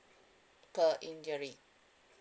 per injury